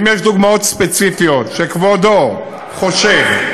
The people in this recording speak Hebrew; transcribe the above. אם יש דוגמאות ספציפיות שכבודו חושב,